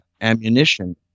ammunition